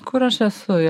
kur aš esu